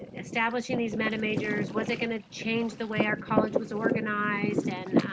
establishing these meta majors, was it going to change the way our college was organized and